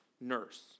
nurse